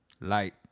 light